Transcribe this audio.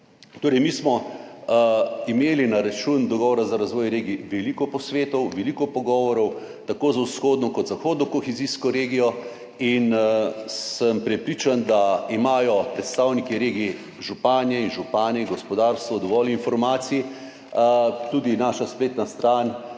torej imeli na račun dogovora za razvoj regij veliko posvetov, veliko pogovorov tako z vzhodno kot z zahodno kohezijsko regijo in sem prepričan, da imajo predstavniki regij, županje in župani, gospodarstvo dovolj informacij. Tudi naša spletna stran